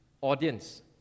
audience